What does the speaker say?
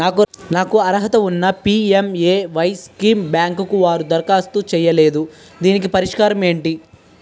నాకు అర్హత ఉన్నా పి.ఎం.ఎ.వై స్కీమ్ బ్యాంకు వారు దరఖాస్తు చేయలేదు దీనికి పరిష్కారం ఏమిటి?